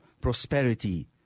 prosperity